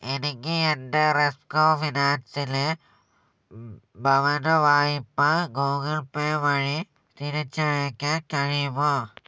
എനിക്ക് എൻ്റെ റെപ്കോ ഫിനാൻസിലെ ഭവനവായ്പ ഗൂഗിൾ പേ വഴി തിരിച്ചയയ്ക്കാൻ കഴിയുമോ